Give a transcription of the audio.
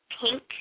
pink